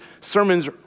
sermons